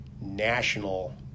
national